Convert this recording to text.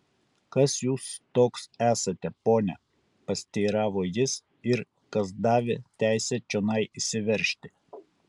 kas jūs toks esate pone pasiteiravo jis ir kas davė teisę čionai įsiveržti